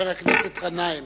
חבר הכנסת גנאים.